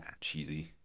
cheesy